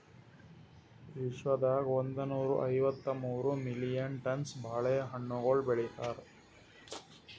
ವಿಶ್ವದಾಗ್ ಒಂದನೂರಾ ಐವತ್ತ ಮೂರು ಮಿಲಿಯನ್ ಟನ್ಸ್ ಬಾಳೆ ಹಣ್ಣುಗೊಳ್ ಬೆಳಿತಾರ್